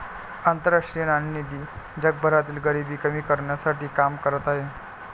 आंतरराष्ट्रीय नाणेनिधी जगभरातील गरिबी कमी करण्यासाठी काम करत आहे